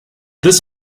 this